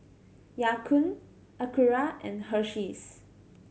Ya Kun Acura and Hersheys